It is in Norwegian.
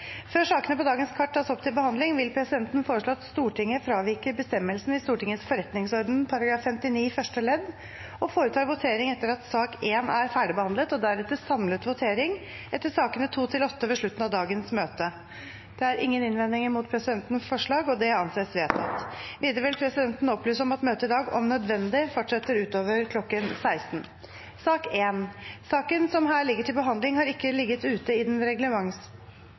Før sakene på dagens kart tas opp til behandling vil presidenten foreslå at Stortinget fraviker bestemmelsen i Stortingets forretningsordens § 59 første ledd og foretar votering etter at sak nr. 1 er ferdigbehandlet, og deretter samlet votering etter sakene nr. 2–8 ved slutten av dagens møte. Ingen innvendinger er kommet mot presidentens forslag. – Det anses vedtatt. Videre vil presidenten opplyse om at møtet i dag om nødvendig fortsetter utover kl. 16. Saken som her ligger til behandling, har ikke ligget ute i den